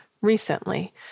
recently